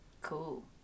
Cool